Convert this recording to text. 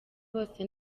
bose